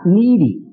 needy